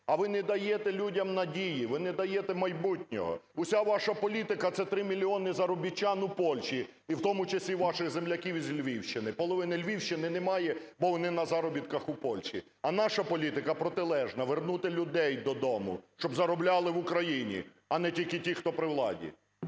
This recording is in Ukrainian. А ви не даєте людям надії, ви не даєте майбутнього. Уся ваша політика – це 3 мільйони заробітчан у Польщі і в тому числі ваших земляків із Львівщини. Половини Львівщини немає, бо вони на заробітках у Польщі. А наша політика протилежна – вернути людей до дому, щоб заробляли в Україні, а не тільки ті, хто при владі.